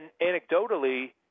anecdotally